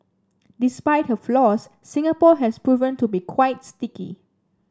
despite her flaws Singapore has proven to be quite sticky